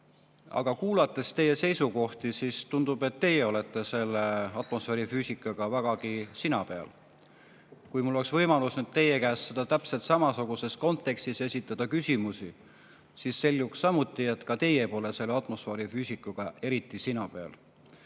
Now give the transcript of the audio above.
Aga kuulates teie seisukohti, siis tundub, et teie olete atmosfäärifüüsikaga vägagi sina peal. Kui mul oleks võimalus teie käest täpselt samasuguses kontekstis küsimusi küsida, siis selguks samuti, et ka teie pole atmosfäärifüüsikaga eriti sina peal